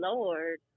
Lord